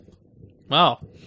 Wow